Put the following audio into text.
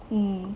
mm